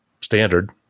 standard